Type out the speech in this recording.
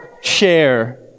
share